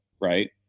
right